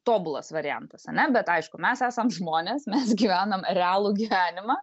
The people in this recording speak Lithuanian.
tobulas variantas ane bet aišku mes esam žmonės mes gyvenam realų gyvenimą